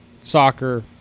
soccer